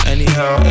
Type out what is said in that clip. Anyhow